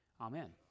Amen